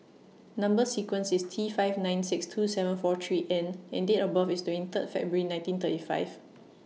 Number sequence IS T five nine six two seven four three N and Date of birth IS twenty Third February nineteen thirty five